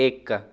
ਇੱਕ